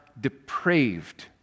depraved